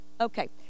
Okay